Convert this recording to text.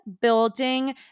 building